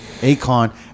akon